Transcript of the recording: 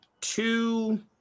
two